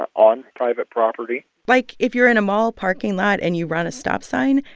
on private property like, if you're in a mall parking lot and you run a stop sign,